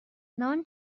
نان